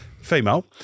Female